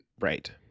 Right